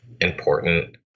important